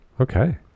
Okay